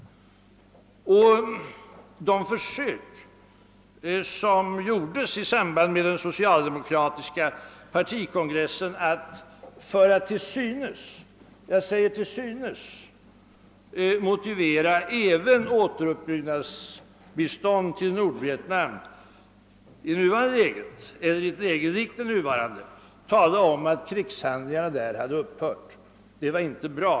De försök som otvivelaktigt gjordes i samband med den socialdemokratiska partikongressen att — för att till synes motivera även återuppbyggnadsbistånd till Nordvietnam i ett läge likt det nuvarande — tala om att krigshandlingarna där upphört var inte bra.